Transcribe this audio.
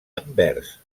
anvers